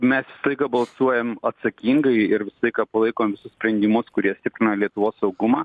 mes visą laiką balsuojam atsakingai ir visą laiką palaikom visus sprendimus kurie stiprina lietuvos saugumą